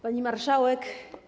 Pani Marszałek!